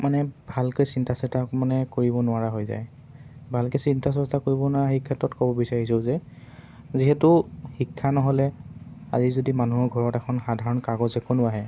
মানে ভালকৈ চিন্তা চিন্তা মানে কৰিব নোৱাৰা হৈ যায় ভালকৈ চিন্তা চৰ্চা কৰিব নোৱাৰা সেই ক্ষেত্ৰত ক'ব বিচাৰিছোঁ যে যিহেতু শিক্ষা নহ'লে আজি যদি মানুহৰ ঘৰত এখন সাধাৰণ কাগজ এখনো আহে